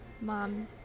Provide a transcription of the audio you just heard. mom